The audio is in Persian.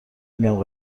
میگم